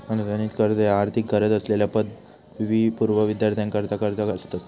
अनुदानित कर्ज ह्या आर्थिक गरज असलेल्यो पदवीपूर्व विद्यार्थ्यांकरता कर्जा असतत